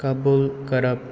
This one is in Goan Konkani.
कबूल करप